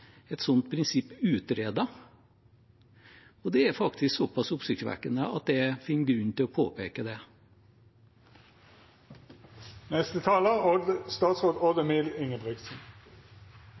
et sånt prinsipp utredet, og det er faktisk såpass oppsiktsvekkende at jeg finner grunn til å påpeke